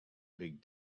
big